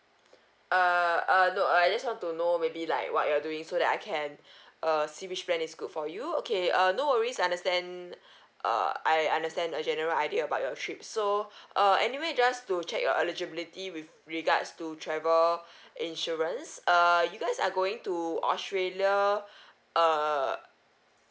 err uh no I just want to know maybe like what you're doing so that I can err see which plan is good for you okay uh no worries understand err I understand the general idea about your trip so err anyway just to check your eligibility with regards to travel insurance err you guys are going to australia err